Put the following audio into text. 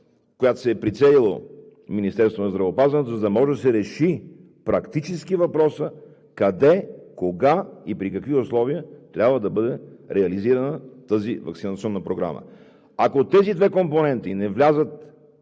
която се е прицелило Министерството на здравеопазването, за да може да се реши практически въпросът къде, кога и при какви условия трябва да бъде реализирана тази ваксинационна програма. Ако тези две компоненти не влязат